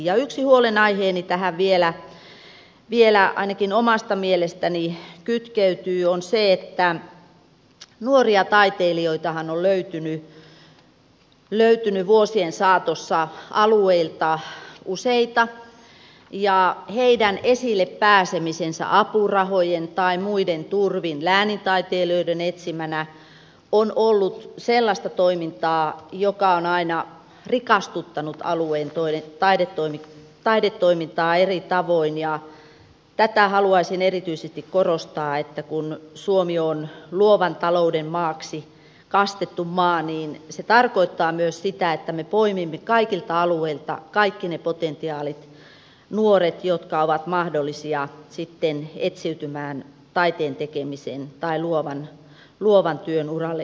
yksi huolenaihe tähän vielä ainakin omasta mielestäni kytkeytyy ja se on se että nuoria taiteilijoitahan on löytynyt vuosien saatossa alueilta useita ja heidän esille pääsemisensä apurahojen tai muiden turvin läänintaiteilijoiden etsimänä on ollut sellaista toimintaa joka on aina rikastuttanut alueen taidetoimintaa eri tavoin ja tätä haluaisin erityisesti korostaa että kun suomi on luovan talouden maaksi kastettu maa niin se tarkoittaa myös sitä että me poimimme kaikilta alueilta kaikki ne potentiaaliset nuoret jotka ovat mahdollisia sitten etsiytymään taiteen tekemisen tai luovan työn uralle yleensä